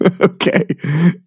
Okay